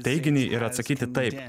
teiginį ir atsakyti taip